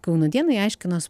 kauno dienai aiškino